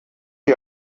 ihr